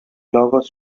lagos